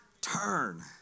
Turn